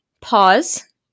pause